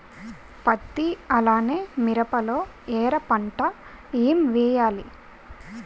పత్తి అలానే మిరప లో ఎర పంట ఏం వేయాలి?